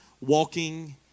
Walking